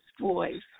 voice